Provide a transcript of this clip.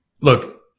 Look